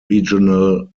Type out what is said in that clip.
regional